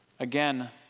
Again